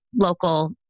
local